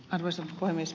arvoisa puhemies